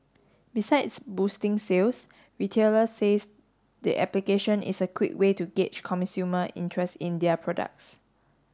besides boosting sales retailers says the application is a quick way to gauge consumer interest in their products